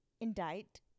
Indict